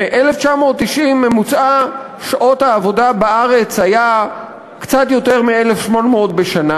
ב-1990 ממוצע שעות העבודה בארץ היה קצת יותר מ-1,800 בשנה,